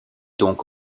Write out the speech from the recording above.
donc